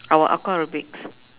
our Aqua aerobics